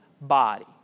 body